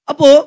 Apo